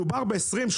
מדובר ב-20,000,